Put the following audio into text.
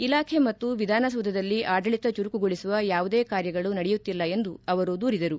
ಇಲಾಖೆ ಮತ್ತು ವಿಧಾನಸೌಧದಲ್ಲಿ ಆಡಳಿತ ಚುರುಕುಗೊಳಿಸುವ ಯಾವುದೇ ಕಾರ್ಯಗಳು ನಡೆಯುತ್ತಿಲ್ಲ ಎಂದು ಅವರು ದೂರಿದರು